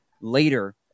Later